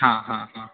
હા હા હા